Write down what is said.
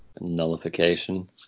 Nullification